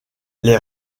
les